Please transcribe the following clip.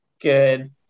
good